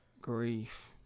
grief